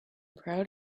proud